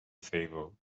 favor